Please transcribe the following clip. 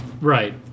right